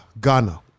Ghana